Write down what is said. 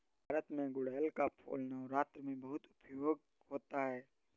भारत में गुड़हल का फूल नवरात्र में बहुत उपयोग होता है